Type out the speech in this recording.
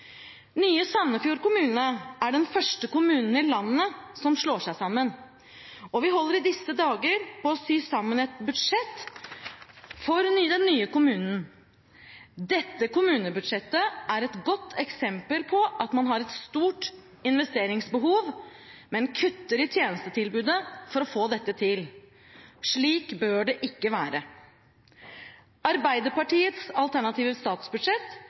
Nye Sandefjord kommune er den første kommunen i landet som slår seg sammen, og vi holder i disse dager på med å sy sammen et budsjett for den nye kommunen. Dette kommunebudsjettet er et godt eksempel på at man har et stort investeringsbehov, men kutter i tjenestetilbudet for å få dette til. Slik bør det ikke være. Arbeiderpartiets alternative statsbudsjett